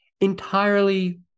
entirely